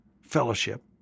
fellowship